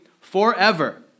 forever